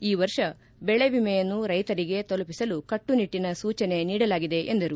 ಈ ವರ್ಷ ಬೆಳೆವಿಮೆಯನ್ನು ರೈತರಿಗೆ ತಲುಪಿಸಲು ಕಟ್ಟುನಿಟ್ಟಿನ ಸೂಚನೆ ನೀಡಲಾಗಿದೆ ಎಂದರು